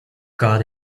got